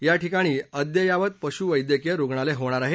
याठिकाणी अद्ययावत पशुवैद्यकीय रुग्णालय होणार आहे